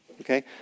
Okay